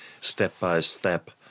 step-by-step